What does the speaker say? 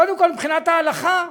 קודם כול מבחינת ההלכה,